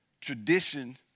tradition